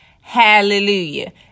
Hallelujah